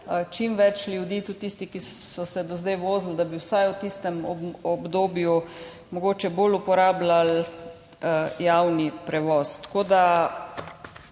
čim več ljudi, tudi tisti, ki so se do zdaj vozili, vsaj v tistem obdobju mogoče bolj uporabljali javni prevoz. Tako da